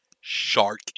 Shark